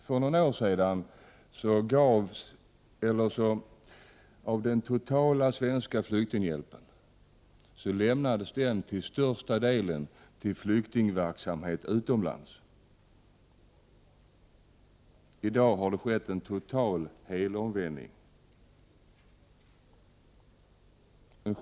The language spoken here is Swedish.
För några år sedan lämnades den största delen av den totala svenska flyktinghjälpen till flyktingverksamhet utomlands. I dag har en helomvändning skett.